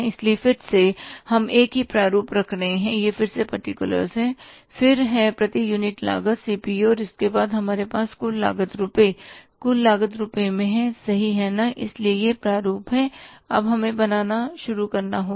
इसलिए फिर से हम एक ही प्रारूप रख रहे हैं यह फिर से पर्टिकुलर है फिर हैं प्रति यूनिट लागत सीपीयू और उसके बाद हमारे पास कुल लागत रुपये कुल लागत रुपये में है सही है ना इसलिए यह प्रारूप है और अब हमें बनाना शुरु करना होगा